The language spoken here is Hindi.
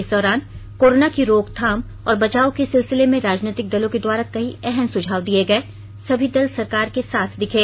इस दौरान कोरोना की रोकथाम और बचाव के सिलसिले में राजनीतिक दलों के द्वारा कई अहम सुझाव दिये गए सभी दल सरकार के साथ दिखे